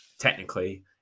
technically